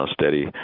steady